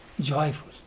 joyful